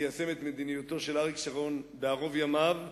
תיישם את מדיניותו של אריק שרון בערוב ימיו,